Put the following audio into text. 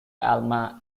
alma